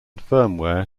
firmware